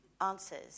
answers